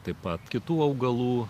taip pat kitų augalų